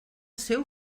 seu